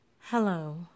Hello